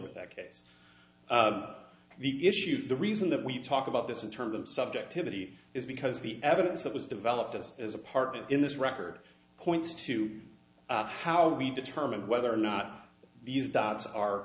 with that case the issue the reason that we talk about this in terms of subjectivity is because the evidence that was developed us as a partner in this record points to how we determine whether or not these dots